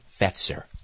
Fetzer